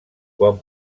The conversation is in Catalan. quan